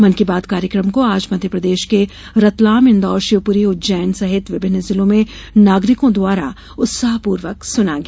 मन की बात कार्यक्रम को आज मध्यप्रदेश के रतलाम इंदौर शिवपुरी उज्जैन सहित विभिन्न जिलों में नागरिकों द्वारा उत्साह पूर्वक सुना गया